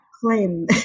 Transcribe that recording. claim